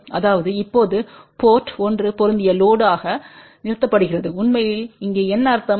அதாவது இப்போது போர்ட் 1 பொருந்திய லோடுயாக நிறுத்தப்படுகிறது உண்மையில் இங்கே என்ன அர்த்தம்